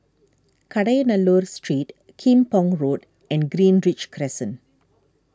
Kadayanallur Street Kim Pong Road and Greenridge Crescent